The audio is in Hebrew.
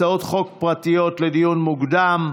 הצעות חוק פרטיות לדיון מוקדם.